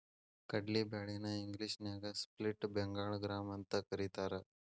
ಕಡ್ಲಿ ಬ್ಯಾಳಿ ನ ಇಂಗ್ಲೇಷನ್ಯಾಗ ಸ್ಪ್ಲಿಟ್ ಬೆಂಗಾಳ್ ಗ್ರಾಂ ಅಂತಕರೇತಾರ